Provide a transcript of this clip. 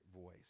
voice